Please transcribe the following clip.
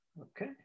Okay